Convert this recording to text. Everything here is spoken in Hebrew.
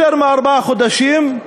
יותר מארבעה חודשים,